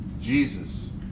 Jesus